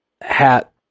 hat